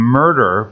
murder